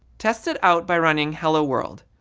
test it out by running hello-world.